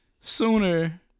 sooner